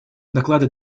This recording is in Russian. доклады